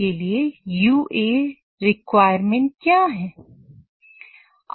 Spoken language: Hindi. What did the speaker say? के लिए UA रिक्वायरमेंट क्या है